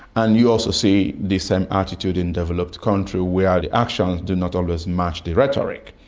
and you also see the same attitude in developed countries where the actions do not always match the rhetoric.